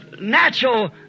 natural